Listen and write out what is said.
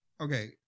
okay